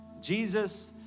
Jesus